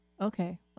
Okay